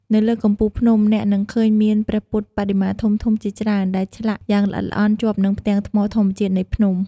នៅលើកំពូលភ្នំ អ្នកនឹងឃើញមានព្រះពុទ្ធបដិមាធំៗជាច្រើន ដែលឆ្លាក់យ៉ាងល្អិតល្អន់ជាប់នឹងផ្ទាំងថ្មធម្មជាតិនៃភ្នំ។